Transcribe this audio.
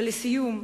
ולסיום,